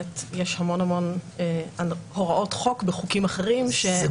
יש באמת המון הוראות חוק בחוקים אחרים שהם לא מול ההוצאה לפועל